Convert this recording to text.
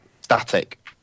static